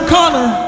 Connor